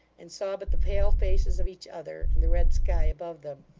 and saw but the pale faces of each other, and the red sky above them.